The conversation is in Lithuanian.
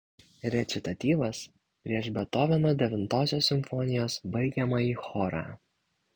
rečitatyvas prieš bethoveno devintosios simfonijos baigiamąjį chorą